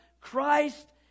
Christ